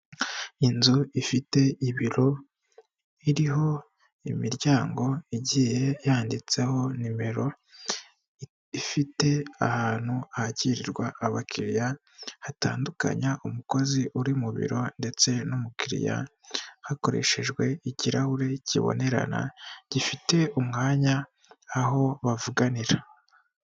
Inzu ifite ibiro, biriho imiryango igiye yanditseho nimero, ifite ahantu hakirirwa abakiliya hatandukanya umukozi uri mu biro ndetse n'umukiliya, hakoreshejwe ikirahure kibonerana, gifite umwanya aho bavuganira.